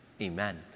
amen